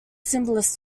symbolist